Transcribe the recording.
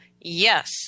yes